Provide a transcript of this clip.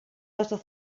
little